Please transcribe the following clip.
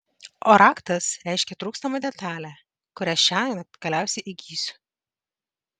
o raktas reiškia trūkstamą detalę kurią šiąnakt galiausiai įgysiu